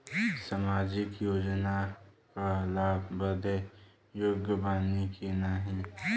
सामाजिक योजना क लाभ बदे योग्य बानी की नाही?